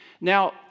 now